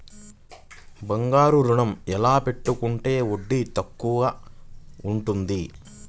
బంగారు ఋణం ఎలా పెట్టుకుంటే వడ్డీ తక్కువ ఉంటుంది?